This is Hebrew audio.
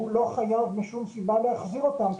הוא לא חייב משום סיבה להחזיר אותם,